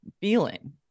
feeling